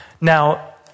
Now